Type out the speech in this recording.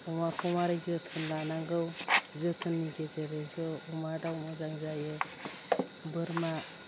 अमाखौ मारै जोथोन लानांगौ जोथोननि गेजेरजोंसो अमा दाव मोजां जायो बोरमा